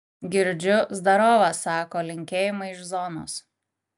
girdžiu zdarova sako linkėjimai iš zonos